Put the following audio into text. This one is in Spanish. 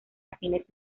fines